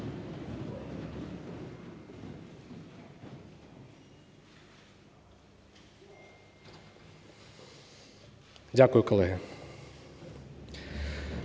Дякую, колеги.